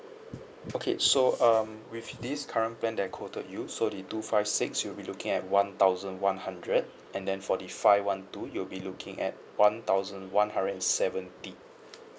okay so um with this current plan that I quoted you so the two five six you'll be looking at one thousand one hundred and then for the five one two you'll be looking at one thousand one hundred and seventy